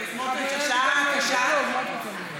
השעה קשה,